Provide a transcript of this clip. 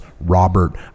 Robert